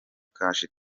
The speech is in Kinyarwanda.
kashi